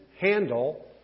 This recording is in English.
handle